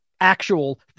actual